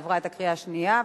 עברה בקריאה שנייה.